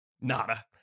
Nada